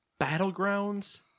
Battlegrounds